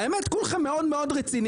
האמת היא שכולכם מאוד רציניים.